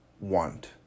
want